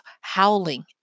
howling